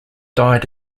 died